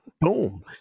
Boom